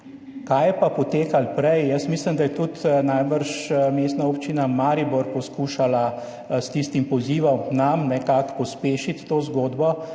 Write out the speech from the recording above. Kaj je pa potekalo prej – mislim, da je najbrž tudi Mestna občina Maribor poskušala s tistim pozivom nam nekako pospešiti to zgodbo,